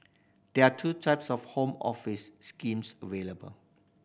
there are two types of Home Office schemes available